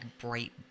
bright